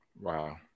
Wow